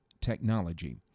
technology